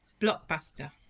Blockbuster